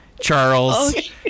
charles